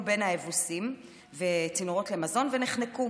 בין האבוסים והצינורות למזון ונחנקו.